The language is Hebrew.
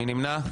מי נמנע?